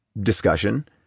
discussion